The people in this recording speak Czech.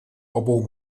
obou